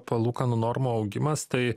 palūkanų normų augimas tai